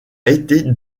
été